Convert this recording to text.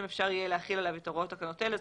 אפשר יהיה להחיל עליו את הוראות תקנות אלה.